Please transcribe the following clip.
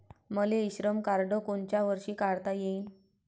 मले इ श्रम कार्ड कोनच्या वर्षी काढता येईन?